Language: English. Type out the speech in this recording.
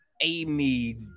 amy